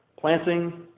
planting